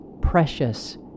precious